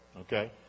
okay